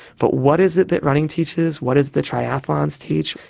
but what is it that running teaches, what does the triathlons teach?